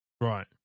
Right